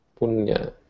punya